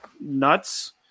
nuts